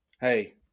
Hey